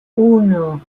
uno